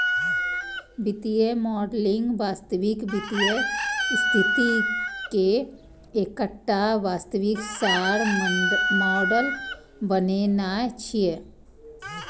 वित्तीय मॉडलिंग वास्तविक वित्तीय स्थिति के एकटा वास्तविक सार मॉडल बनेनाय छियै